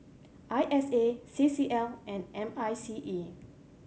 I S A C C L and M I C E